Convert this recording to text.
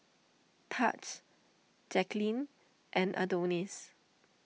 Tahj Jacqueline and Adonis